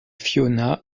fiona